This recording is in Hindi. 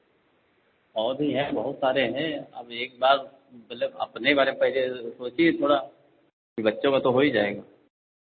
और भी हैं बहुत सारे हैं आप एक बार मतलब अपने बारे में पहले सोचिए थोड़ा फिर बच्चों का तो हो ही जाएगा